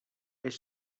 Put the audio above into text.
elle